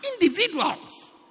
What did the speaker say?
individuals